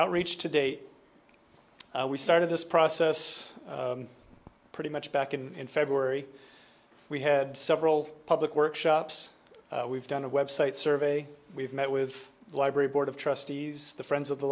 outreach today we started this process pretty much back in february we had several public workshops we've done a website survey we've met with the library board of trustees the friends of the